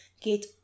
get